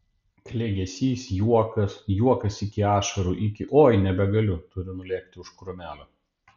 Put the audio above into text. klegesys juokas juokas iki ašarų iki oi nebegaliu turiu nulėkti už krūmelio